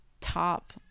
top